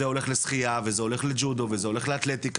זה הולך לשחיה וזה הולך לג'ודו וזה הולך לאתלטיקה,